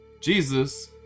Jesus